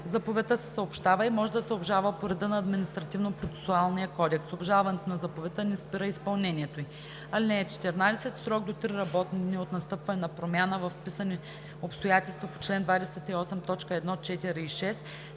Заповедта се съобщава и може да се обжалва по реда на Административнопроцесуалния кодекс. Обжалването на заповедта не спира изпълнението ѝ. (14) В срок до три работни дни от настъпване на промяна във вписани обстоятелства по чл. 28, т.